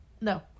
No